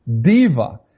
diva